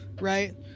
Right